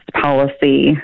policy